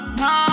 no